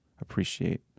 appreciate